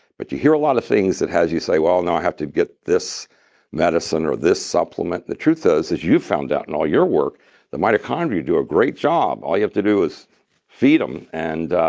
but you hear a lot of things that has you say, well no, i have to get this medicine or this supplement. the truth ah is is you've found out in all your work the mitochondria do a great job. all you have to do is feed them, and